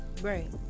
right